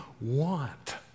want